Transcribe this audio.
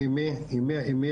אז,